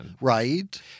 Right